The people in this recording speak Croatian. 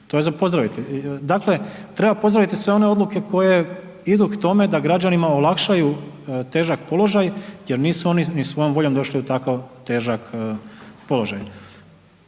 to je za pozdraviti. Dakle, treba pozdraviti sve one odluke koje idu k tome da građanima olakšaju težak položaj jer nisu oni ni svojom voljom došli u tako težak položaj.